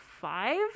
five